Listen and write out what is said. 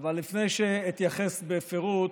אבל לפני שאתייחס בפירוט,